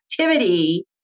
activity